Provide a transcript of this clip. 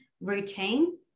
routine